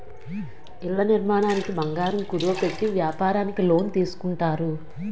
ఇళ్ల నిర్మాణానికి బంగారం కుదువ పెట్టి వ్యాపారానికి లోన్ తీసుకుంటారు